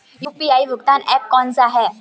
UPI भुगतान app कौन सा है?